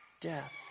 death